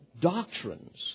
doctrines